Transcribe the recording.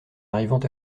arrivant